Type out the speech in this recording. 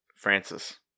Francis